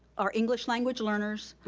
are english language learners.